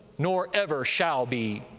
nor ever shall be.